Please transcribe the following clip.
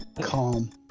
calm